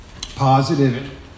positive